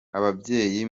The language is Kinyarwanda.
ababyeyi